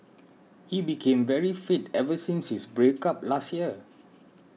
he became very fit ever since his break up last year